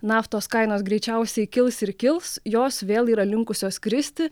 naftos kainos greičiausiai kils ir kils jos vėl yra linkusios kristi